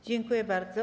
Dziękuję bardzo.